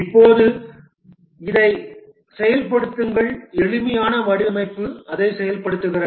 இப்போது அதைச் செயல்படுத்துங்கள் எளிமையான வடிவமைப்பு அதைச் செயல்படுத்துகிறது